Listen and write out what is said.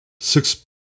six